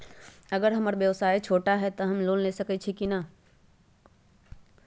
अगर हमर व्यवसाय छोटा है त हम लोन ले सकईछी की न?